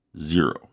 Zero